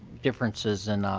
differences in